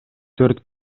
төрт